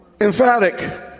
emphatic